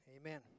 Amen